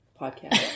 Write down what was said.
podcast